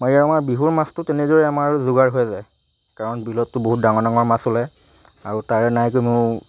মাৰি আমাৰ বিহুৰ মাছটো তেনেদৰে আমাৰ যোগাৰ হৈ যায় কাৰণ বিলততো বহুত ডাঙৰ ডাঙৰ মাছ ওলায় আৰু তাৰে নাই কমেও